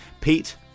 Pete